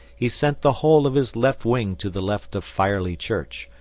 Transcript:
he sent the whole of his left wing to the left of firely church,